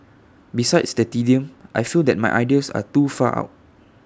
besides the tedium I feel that my ideas are too far out